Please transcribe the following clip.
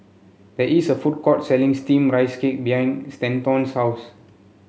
there is a food court selling steamed Rice Cake behind Stanton's house